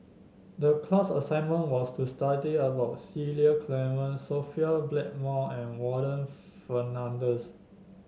the class assignment was to study about Cecil Clementi Sophia Blackmore and Warren Fernandez